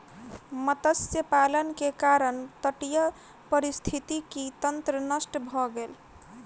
मत्स्य पालन के कारण तटीय पारिस्थितिकी तंत्र नष्ट भ गेल